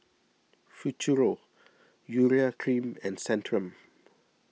Futuro Urea Cream and Centrum